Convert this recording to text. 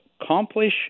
accomplish